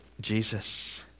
Jesus